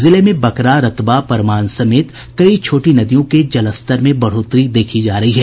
जिले में बकरा रतबा परमान समेत कई छोटी नदियों के जलस्तर में बढ़ोतरी देखी जा रही है